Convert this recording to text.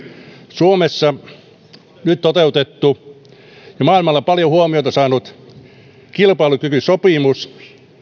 suomessa nyt toteutettu ja maailmalla paljon huomiota saanut kilpailukykysopimus